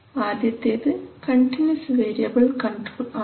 ആദ്യത്തേത് continuous variable control ആണ്